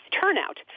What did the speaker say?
turnout